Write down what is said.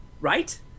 Right